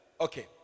Okay